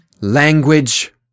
Language